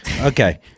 Okay